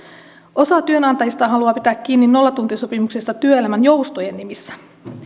osa työnantajista haluaa pitää kiinni nollatuntisopimuksista työelämän joustojen nimissä